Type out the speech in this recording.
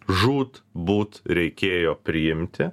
žūt būt reikėjo priimti